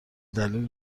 دلیل